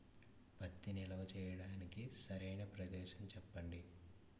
పత్తి నిల్వ చేయటానికి సరైన ప్రదేశం చెప్పండి?